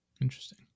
Interesting